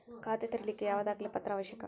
ಖಾತಾ ತೆರಿಲಿಕ್ಕೆ ಯಾವ ದಾಖಲೆ ಪತ್ರ ಅವಶ್ಯಕ?